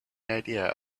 idea